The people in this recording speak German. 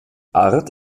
art